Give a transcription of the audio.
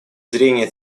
зрения